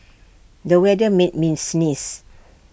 the weather made me sneeze